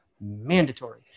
mandatory